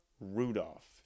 Rudolph